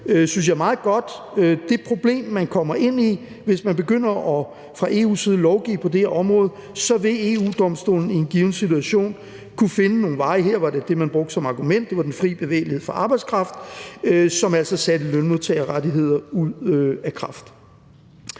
jeg, meget godt det problem, man kommer ind i, hvis man fra EU's side begynder at lovgive på det her område. For så vil EU-Domstolen i en given situation kunne finde nogle veje. Her var det argument, man brugte, den frie bevægelighed for arbejdskraft, hvilket altså satte lønmodtagerrettigheder ud af kraft.